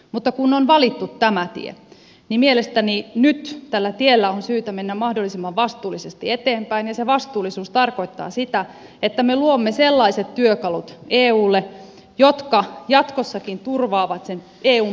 mutta kun on valittu tämä tie niin mielestäni nyt tällä tiellä on syytä mennä mahdollisimman vastuullisesti eteenpäin ja se vastuullisuus tarkoittaa sitä että me luomme sellaiset työkalut eulle jotka jatkossakin turvaavat eun periperiaatteet